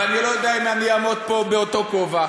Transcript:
ואני לא יודע אם אני אעמוד פה באותו כובע.